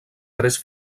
tres